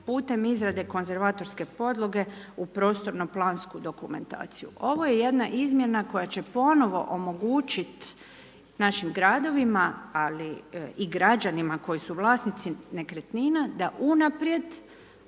putem izrade konzervatorske podloge u prostornom plansku dokumentaciju. Ovo je jedna izmjena koja će ponovno omogućiti našim gradovima, ali i građanima, koji su vlasnici nekretnine, da unaprijed,